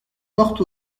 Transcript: porte